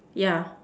yeah